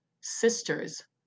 sisters